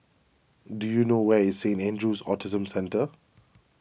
do you know where is Saint andrew's Autism Centre